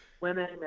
women